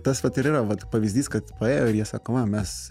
tas vat ir yra vat pavyzdys kad paėjo ir jie sako va mes